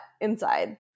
inside